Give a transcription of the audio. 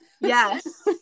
Yes